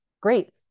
great